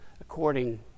according